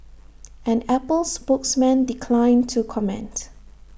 an Apple spokesman declined to comment